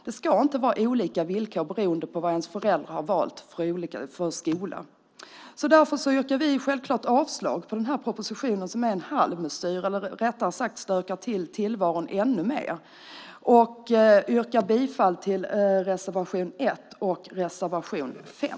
Det ska inte vara olika villkor beroende på vilken skola ens föräldrar har valt. Därför yrkar vi avslag på propositionen som är en halvmesyr, eller rättare sagt, stökar till tillvaron ännu mer. Vi yrkar bifall till reservationerna 1 och 5.